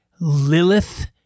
Lilith